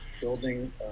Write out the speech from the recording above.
building